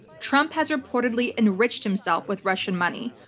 trump has reportedly enriched himself with russian money,